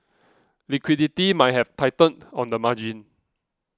liquidity might have tightened on the margin